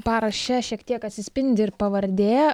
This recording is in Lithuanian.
paraše šiek tiek atsispindi ir pavardė